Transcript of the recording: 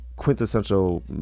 quintessential